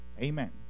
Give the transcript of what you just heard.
amen